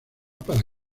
para